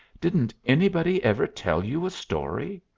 didn't anybody ever tell you a story?